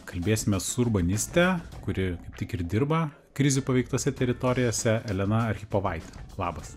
kalbėsimės su urbaniste kuri kaip tik ir dirba krizių paveiktose teritorijose elena archipovaitė labas